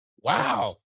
Wow